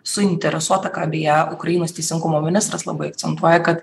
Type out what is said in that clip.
suinteresuota ką beje ukrainos teisingumo ministras labai akcentuoja kad